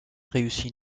réussit